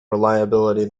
reliability